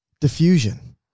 diffusion